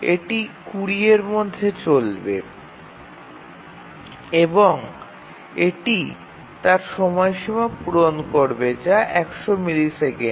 এটি ২০ এর জন্য চলবে এবং তার সময়সীমাটি পূরণ করবে যা ১০০ মিলিসেকেন্ড